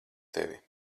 tevi